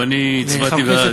ואני הצבעתי בעד,